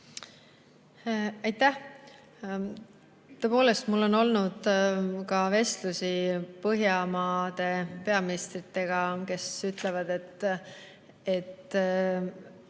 Aitäh! Tõepoolest, mul on olnud vestlusi Põhjamaade peaministritega, kes ütlevad, et